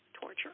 torture